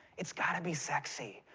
it's gotta be sexy.